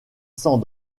sans